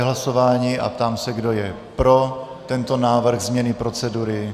Zahajuji hlasování a ptám se, kdo je pro tento návrh změny procedury.